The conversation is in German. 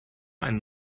ein